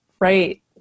right